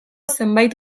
zenbait